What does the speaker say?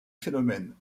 phénomène